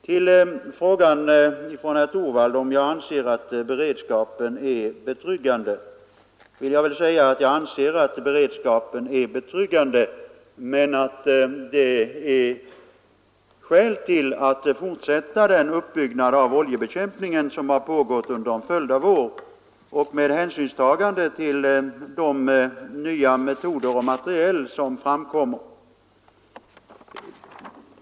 På frågan från herr Torwald, om jag anser att oljebekämpningsberedskapen är betryggande, vill jag svara att jag anser att beredskapen är betryggande men att det finns skäl att fortsätta den uppbyggnad av oljebekämpningen som har pågått under en följd av år och med hänsynstagande till de nya metoder och materiel som framkommer.